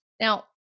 Now